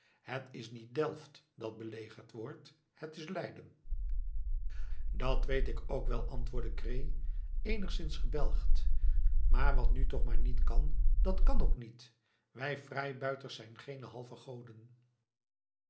het is niet delft dat belegerd wordt het is leiden dat weet ik ook wel antwoordde cret eenigszins gebelgd maar wat nu toch maar niet kan dat kan ook niet wij vrijbuiters zijn geene halve goden